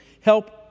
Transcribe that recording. help